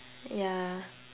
ya